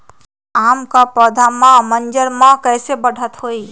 आम क पौधा म मजर म कैसे बढ़त होई?